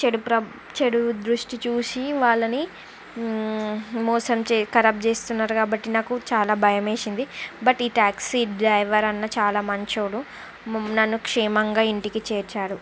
చెడు ప్రభ చెడు దృష్టి చూసి వాళ్ళని మోసం చే ఖరాబు చేస్తున్నారు కాబట్టి నాకు చాలా భయమేసింది బట్ ఈ ట్యాక్సీ డ్రైవర్ అన్న చాలా మంచోడు నన్ను క్షేమంగా ఇంటికి చేర్చారు